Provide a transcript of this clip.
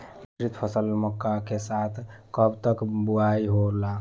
मिश्रित फसल मक्का के साथ कब तक बुआई होला?